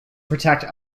protect